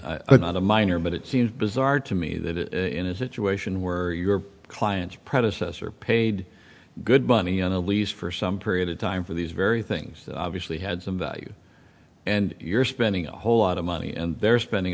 again not a minor but it seems bizarre to me that in a situation where your client's predecessor paid good money and at least for some period of time for these very things obviously had some value and you're spending a whole lot of money and they're spending